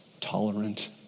tolerant